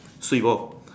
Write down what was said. sweet boy